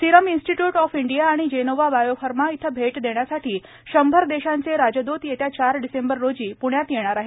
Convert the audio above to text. serum Institute of India आणि जेनोवा बायोफार्मा येथे भेट देण्यासाठी शंभर देशांचे राजद्रत येत्या चार डिसेंबर रोजी पृण्यात येणार आहेत